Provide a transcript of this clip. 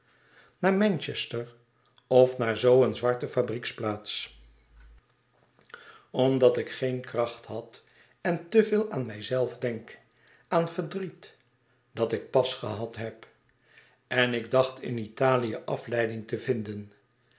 naar manchester of naar zoo een zwarte fabrieksplaats omdat ik geen kracht had en te veel aan mijzelf denk aan verdriet dat ik pas gehad heb en ik dacht in italië afleiding te vinden